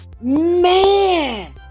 man